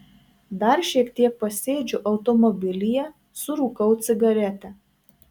dar šiek tiek pasėdžiu automobilyje surūkau cigaretę